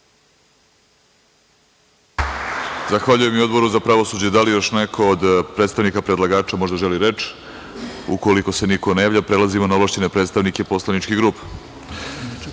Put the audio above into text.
Zahvaljujem i Odboru za pravosuđe. Da li još neko od predstavnika predlagača možda želi reč? (Ne.)Ukoliko se niko ne javlja, prelazimo na ovlašćene predstavnike poslaničkih grupa. Prvi